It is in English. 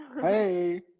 Hey